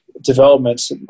developments